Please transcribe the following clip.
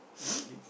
mm okay